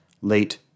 late